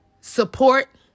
support